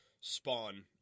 Spawn